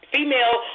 Female